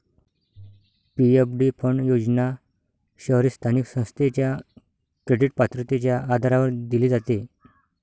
PFD fund योजना शहरी स्थानिक संस्थेच्या क्रेडिट पात्रतेच्या आधारावर दिली जाते